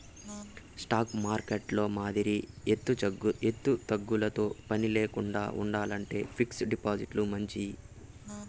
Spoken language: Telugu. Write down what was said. స్టాకు మార్కెట్టులో మాదిరి ఎచ్చుతగ్గులతో పనిలేకండా ఉండాలంటే ఫిక్స్డ్ డిపాజిట్లు మంచియి